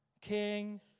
king